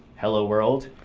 hello, world,